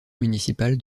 municipale